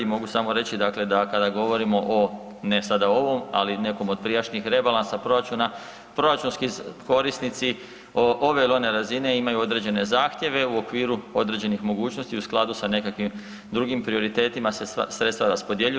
Mogu samo reći da kada govorimo o ne sada ovom, ali nekom od prijašnjih rebalansa proračuna proračunski korisnici ove ili one razine imaju određene zahtjeve u okviru određenih mogućnosti u skladu sa nekakvim drugim prioritetima se sredstva raspodjeljuju.